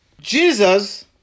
Jesus